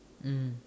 mm